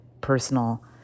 personal